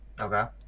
Okay